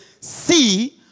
See